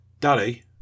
Daddy